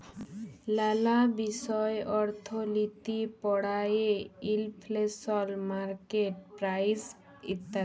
লালা বিষয় অর্থলিতি পড়ায়ে ইলফ্লেশল, মার্কেট প্রাইস ইত্যাদি